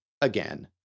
again